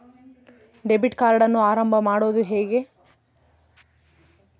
Debit ಕಾರ್ಡನ್ನು ಆರಂಭ ಮಾಡೋದು ಹೇಗೆ?